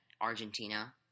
Argentina